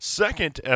second